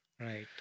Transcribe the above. Right